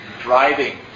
Driving